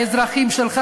אז האזרחים שלך,